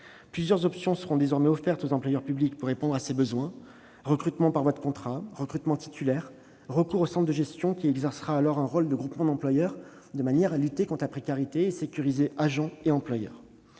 Plusieurs options seront désormais offertes aux employeurs publics pour répondre à ces besoins : recrutement par voie de contrat, recrutement titulaire, recours au centre de gestion, qui exercera alors un rôle de « groupement d'employeurs », de manière à lutter contre la précarité et à sécuriser agents et employeurs.